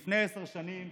לפני עשר שנים,